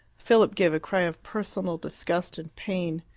philip gave a cry of personal disgust and pain.